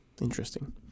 Interesting